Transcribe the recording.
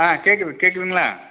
ஆ கேட்குது கேட்குதுங்களா